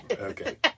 Okay